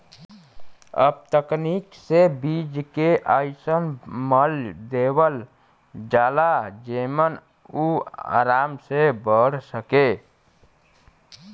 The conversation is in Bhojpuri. अब तकनीक से बीज के अइसन मल देवल जाला जेमन उ आराम से बढ़ सके